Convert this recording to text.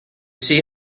see